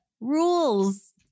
rules